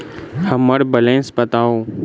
हम्मर बैलेंस बताऊ